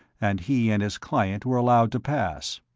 and he and his client were allowed to pass.